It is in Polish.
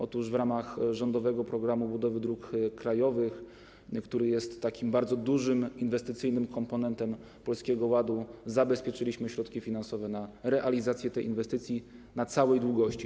Otóż w ramach rządowego programu budowy dróg krajowych, który jest bardzo dużym inwestycyjnym komponentem Polskiego Ładu, zabezpieczyliśmy środki finansowe na realizację tej inwestycji na całej długości.